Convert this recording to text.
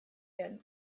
werden